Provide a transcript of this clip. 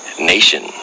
nation